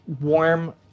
warm